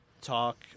talk